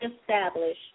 establish